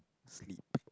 sleep